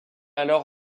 alors